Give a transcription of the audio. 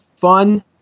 fun